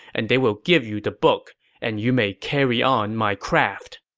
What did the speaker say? and they will give you the book and you may carry on my craft.